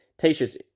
T-shirts